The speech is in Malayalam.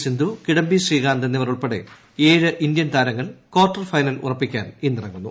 സിന്ധു കിഡംബി ശ്രീകാന്ത് എന്നിവർ ഉൾപ്പെടെ ഏഴ് ഇന്ത്യൻ താരങ്ങൾ കാർട്ടർ ഫൈനൽ ഉറപ്പിക്കാൻ ഇന്ന് ഇറങ്ങുന്നു